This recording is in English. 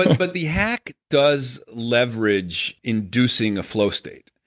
but, the hack does leverage inducing a flow state,